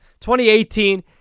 2018